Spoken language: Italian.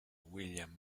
william